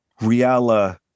Riala